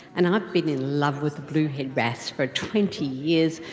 and i've been in love with the bluehead wrasse for twenty years.